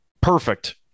perfect